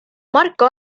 marko